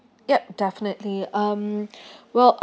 yup definitely um well